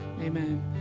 amen